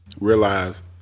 realize